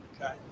okay